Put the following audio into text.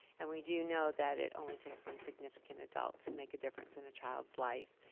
and we do know that it only takes one significant adult to make a difference in a child's life,